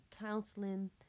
counseling